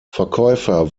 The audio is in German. verkäufer